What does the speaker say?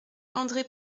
andré